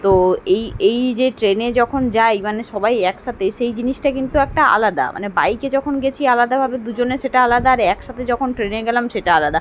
তো এই এই যে ট্রেনে যখন যাই মানে সবাই একসাথে সেই জিনিসটা কিন্তু একটা আলাদা মানে বাইকে যখন গেছি আলাদাভাবে দুজনে সেটা আলাদা আর একসাথে যখন ট্রেনে গেলাম সেটা আলাদা